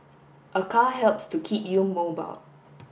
a car helps to keep you mobile